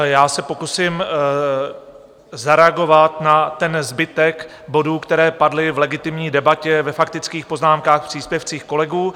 Já se pokusím zareagovat na ten zbytek bodů, které padly v legitimní debatě ve faktických poznámkách příspěvcích kolegů.